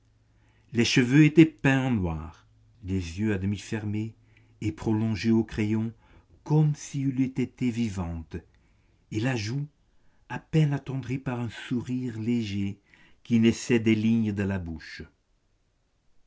les cheveux étaient peints en noir les yeux à demi fermés et prolongés au crayon comme si elle eût été vivante et la joue à peine attendrie par un sourire léger qui naissait des lignes de la bouche